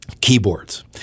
keyboards